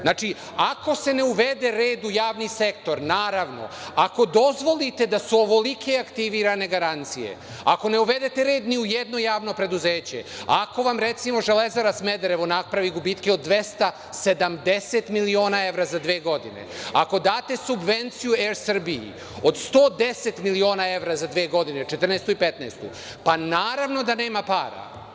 Znači, ako se ne uvede red u javni sektor, naravno, ako dozvolite da su ovolike aktivirane garancije, ako ne uvedete red ni u jedno javno preduzeće, ako vam recimo Železara Smederevo napravi gubitke od 270 miliona evra za dve godine, ako date subvenciju ER Srbiji od 110 miliona evra za dve godine, 2014. i 2015. godinu, pa naravno da nema para.